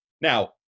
Now